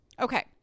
Okay